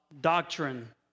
doctrine